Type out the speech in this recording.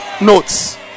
notes